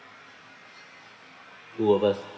two of us